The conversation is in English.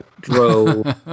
drove